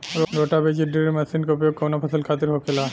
रोटा बिज drill machine के उपयोग कऊना फसल खातिर होखेला?